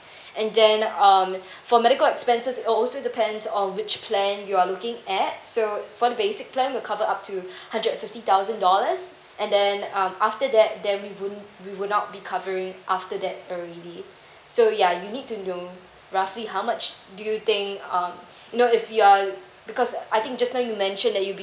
and then um for medical expenses also depends on which plan you are looking at so for the basic plan we'll cover up to hundred fifty thousand dollars and then uh after that then we won't we will not be covering after that already so ya you need to know roughly how much do you think uh you know if you are because I think just now you mention that you'll be